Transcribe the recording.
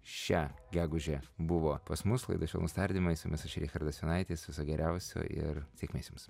šią gegužę buvo pas mus laida švelnūs tardymai su jumis aš richardas jonaitis viso geriausio ir sėkmės jums